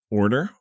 order